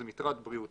זה מטרד בריאותי,